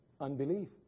Unbelief